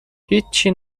هیچچی